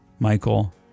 Michael